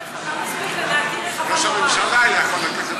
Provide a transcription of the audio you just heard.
רחבה מספיק, לדעתי היא רחבה נורא.